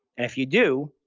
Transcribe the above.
and if you do,